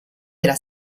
della